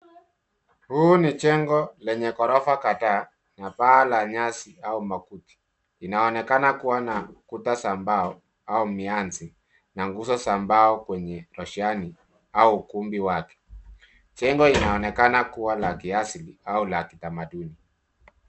Huu ni jengo lenye ghorofa kadhaa na paa la nyasi au makuti, linaonekana kua kuta za mbao au mianzi na nguzi za mbao kwenye roshani au ukumbi wake, jengo inaonekana kua la kiasi au la kitamaduni.